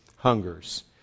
hungers